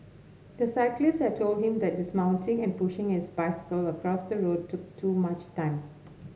the cyclist had told him that dismounting and pushing his bicycle across the road took too much time